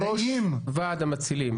כיו"ר ועד המצילים,